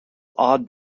odd